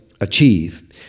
achieve